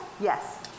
yes